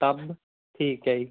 tub ਠੀਕ ਹੈ ਜੀ